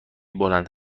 بلند